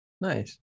nice